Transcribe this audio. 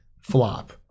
flop